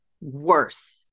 worse